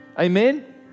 Amen